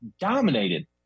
dominated